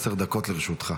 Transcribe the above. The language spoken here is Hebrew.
עשר דקות לרשותך.